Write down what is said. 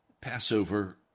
Passover